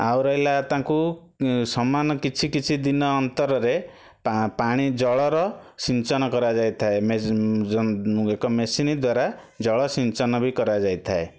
ଆଉ ରହିଲା ତାଙ୍କୁ ସମାନ କିଛି କିଛି ଦିନ ଅନ୍ତରରେ ପା ପାଣି ଜଳର ସିଞ୍ଚନ କରାଯାଇଥାଏ ଏକ ମେସିନ ଦ୍ବାରା ଜଳସିଞ୍ଚନ ବି କରାଯାଇଥାଏ